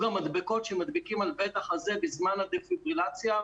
המדבקות שמדביקים על בית החזה בזמן הדפיברילציה,